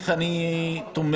ואני חושב